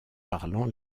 parlant